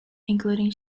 including